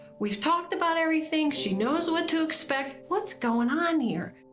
we've talked about everything, she knows what to expect. what's going on here?